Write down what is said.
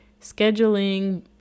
scheduling